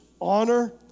honor